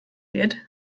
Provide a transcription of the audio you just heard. wird